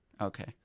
Okay